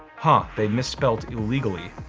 huh, they misspelled illegally,